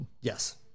Yes